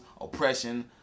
oppression